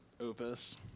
opus